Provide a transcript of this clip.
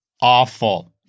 awful